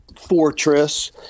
fortress